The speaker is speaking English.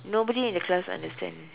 nobody in the class understand